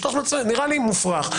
נראה לי מופרך.